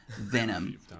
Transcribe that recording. venom